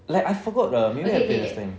like I forgot ah maybe I played last time